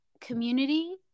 community